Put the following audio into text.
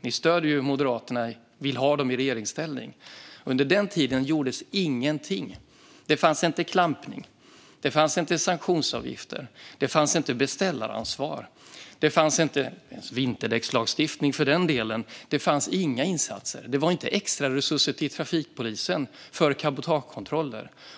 ni stöder Moderaterna och vill ha dem i regeringsställning - gjordes ingenting. Det fanns inte klampning, inga sanktionsavgifter, inget beställaransvar och inte heller en vinterdäckslagstiftning. Det fanns inga insatser. Det fanns inte extraresurser till trafikpolisen för cabotagekontroller.